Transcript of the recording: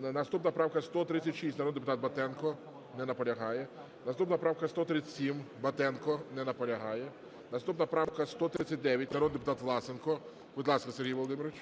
Наступна правка - 136, народний депутат Батенко. Не наполягає. Наступна правка - 137, Батенка. Не наполягає. Наступна правка - 139, народний депутат Власенко. Будь ласка, Сергій Володимирович.